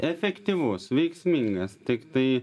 efektyvus veiksmingas tiktai